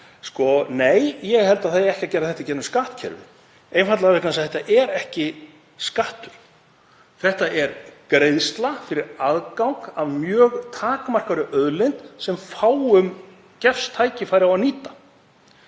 Nei, ég held að það eigi ekki að gera þetta í gegnum skattkerfið, einfaldlega vegna þess að þetta er ekki skattur, þetta er greiðsla fyrir aðgang að mjög takmarkaðri auðlind sem fáum gefst tækifæri til að nýta.